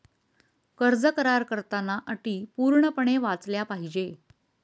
कर्ज करार करताना अटी पूर्णपणे वाचल्या पाहिजे